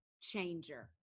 changer